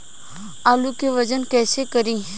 आलू के वजन कैसे करी?